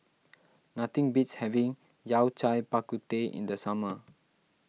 nothing beats having Yao Cai Bak Kut Teh in the summer